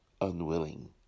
unwilling